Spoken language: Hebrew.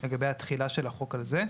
לגבי התחילה של החוק על זה.